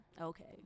okay